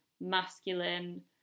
masculine